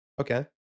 Okay